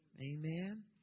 amen